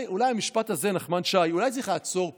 המשפט הזה, נחמן שי, אולי צריך לעצור פה.